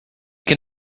can